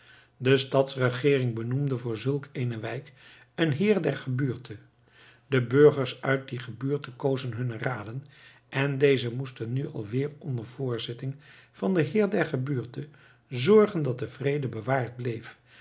de stadsregeering benoemde voor zulk eene wijk een heer der gebuurte de burgers uit die gebuurte kozen hunne raden en dezen moesten nu alweer onder voorzitting van den heer der gebuurte zorgen dat de vrede bewaard bleef